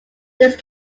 these